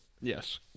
yes